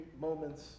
moments